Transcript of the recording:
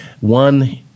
one